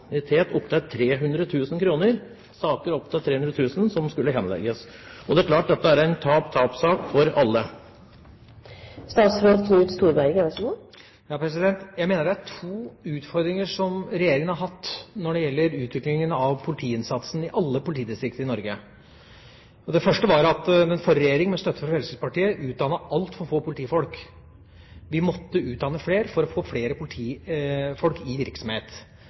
saker helt opp til 300 000 kroner som skulle henlegges. Det er klart at dette er en tap-tap-sak for alle. Jeg mener det er to utfordringer regjeringen har hatt når det gjelder utviklingen av politiinnsatsen i alle politidistrikt i Norge. Det første var at den forrige regjering, med støtte fra Fremskrittspartiet, utdannet altfor få politifolk. Vi måtte utdanne flere for å få flere politifolk i virksomhet.